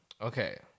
Okay